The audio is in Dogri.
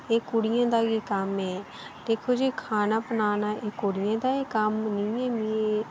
एह् कुड़ियें दा गै कम्म ऐ दिक्खो जी खाना बनाना कुड़ियें दा गै कम्म